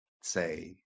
say